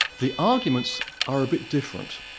the arguments are a bit different.